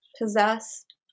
possessed